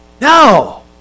No